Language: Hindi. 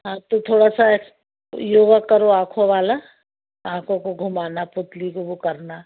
हाँ तो थोड़ा सा योग करो आँखों वाला आँखों को घुमाना पुतली को वह करना